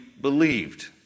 believed